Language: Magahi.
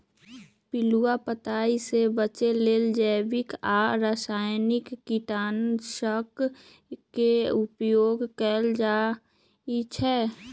पिलुआ पताइ से बचे लेल जैविक आ रसायनिक कीटनाशक के उपयोग कएल जाइ छै